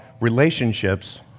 relationships